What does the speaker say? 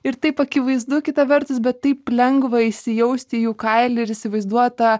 ir taip akivaizdu kita vertus bet taip lengva įsijausti į jų kailį ir įsivaizduot tą